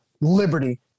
Liberty